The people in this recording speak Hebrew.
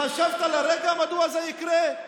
חשבת לרגע מדוע זה יקרה?